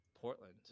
portland